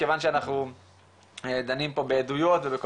מכיוון שאנחנו דנים פה בעדויות ובכל